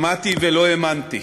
שמעתי ולא האמנתי.